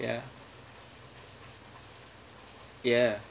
ya ya